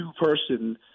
person